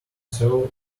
sew